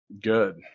Good